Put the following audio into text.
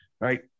right